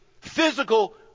physical